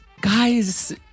Guys